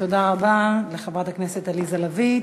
תודה רבה לחברת הכנסת עליזה לביא.